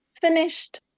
Finished